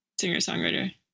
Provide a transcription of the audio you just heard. singer-songwriter